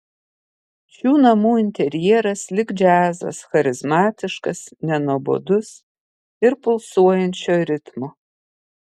šių namų interjeras lyg džiazas charizmatiškas nenuobodus ir pulsuojančio ritmo